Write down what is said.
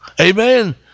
Amen